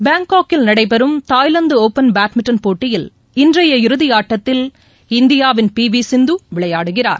பாங்காங்கில் நடைபெறும் தாய்லாந்துஒபன் பேட்மிட்டன் போட்டியில் இன்றைய இறுதியாட்டத்தில் இந்தியாவின் பிவிசிந்துவிளையாடுகிறார்